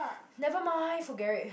never mind forget it